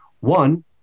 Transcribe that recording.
one